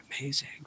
amazing